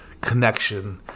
connection